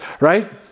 right